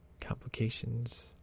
complications